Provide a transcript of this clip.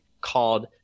called